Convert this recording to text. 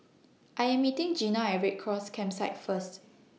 I Am meeting Gina At Red Cross Campsite First